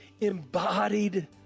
embodied